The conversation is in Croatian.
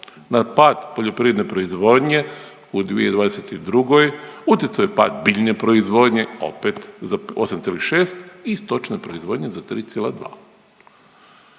Na pad poljoprivredne proizvodnje u 2022. utjecao je pad biljne proizvodnje opet za 8,6 i stočne proizvodnje 3,2.